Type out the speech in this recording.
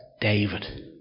David